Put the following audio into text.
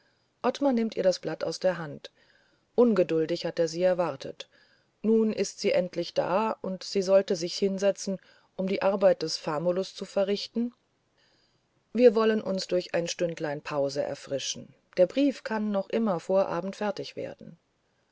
ottmar nimmt ihr das blatt aus der hand ungeduldig hat er sie erwartet nun ist sie endlich da und sie sollte sich hinsetzen um die arbeit des famulus zu verrichten wir wollen uns durch ein stündlein pause erfrischen der brief kann dann noch immer vor abend fertig werden